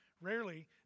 Rarely